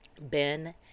Ben